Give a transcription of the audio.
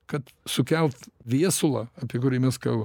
kad sukelt viesulą apie kurį mes kalbam